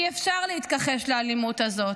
אי-אפשר להתכחש לאלימות הזאת.